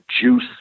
juice